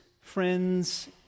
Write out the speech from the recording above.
friends